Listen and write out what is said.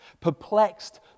perplexed